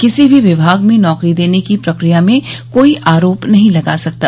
किसी भी विभाग में नौकरी देने की प्रक्रिया में कोई आरोप नहीं लगा सकता